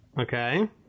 Okay